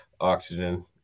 oxygen